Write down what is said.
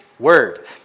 word